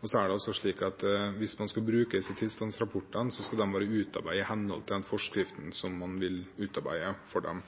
Og så er det altså slik at hvis man skal bruke disse tilstandsrapportene, skal de være utarbeidet i henhold til den forskriften som man vil utarbeide for dem.